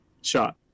shot